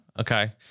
Okay